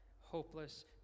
hopeless